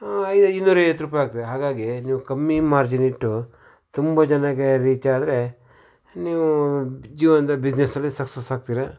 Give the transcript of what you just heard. ಐದು ಇನ್ನೂರೈವತ್ತು ರೂಪಾಯಿ ಆಗ್ತದೆ ಹಾಗಾಗಿ ನೀವು ಕಮ್ಮಿ ಮಾರ್ಜಿನ್ ಇಟ್ಟು ತುಂಬ ಜನಗೆ ರೀಚ್ ಆದರೆ ನೀವು ಜೀವನ್ದಲ್ಲಿ ಬಿಸ್ನೆಸ್ಸಲ್ಲಿ ಸಕ್ಸಸ್ ಆಗ್ತೀರ